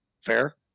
fair